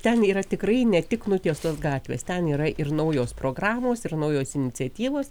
ten yra tikrai ne tik nutiestos gatvės ten yra ir naujos programos ir naujos iniciatyvos